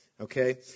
Okay